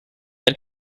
elle